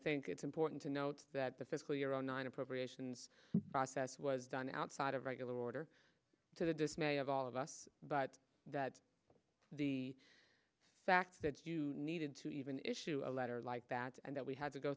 think it's important to note that the fiscal year zero nine appropriations process was done outside of regular order to the dismay of all of us but that the fact that you needed to even issue a letter like that and that we had to go